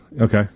Okay